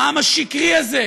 העם השקרי הזה,